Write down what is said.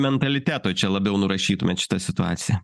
mentalitetui čia labiau nurašytumėt šitą situaciją